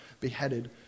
beheaded